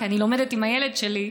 כי אני לומדת עם הילד שלי,